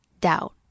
doubt